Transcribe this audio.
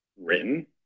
written